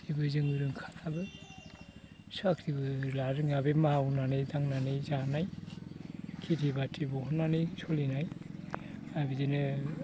जेबो जोङो रोंखायाबो साख्रिबो लानो रोङा बे मावनानै दांनानै जानाय खेथि बाथि बहननानै सोलिनाय आरो बिदिनो